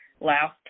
last